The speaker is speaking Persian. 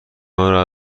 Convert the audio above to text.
مرا